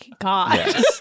God